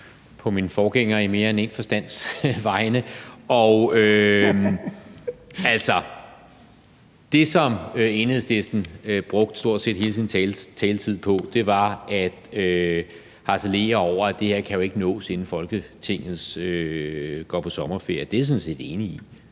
på min forgænger i mere end en forstands vegne. Altså, det, som Enhedslistens ordfører brugte stort set hele sin taletid på, var at harcelere over, at det her jo ikke kan nås, inden Folketinget går på sommerferie. Det er jeg sådan set enig i.